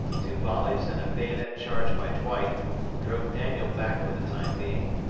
two volleys and a bayonet charge by dwight drove daniel back for the time being.